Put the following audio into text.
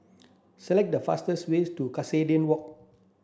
select the fastest way to Cuscaden Walk